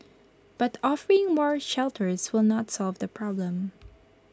but offering more shelters will not solve the problem